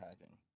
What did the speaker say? hacking